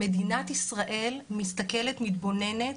מדינת ישראל מסתכלת, מתבוננת.